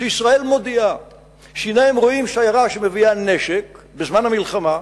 כשישראל מודיעה שהנה הם רואים שיירה שמביאה נשק בזמן המלחמה?